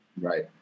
right